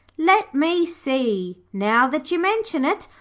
let me see. now that you mention it,